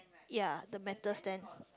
ya the metal stand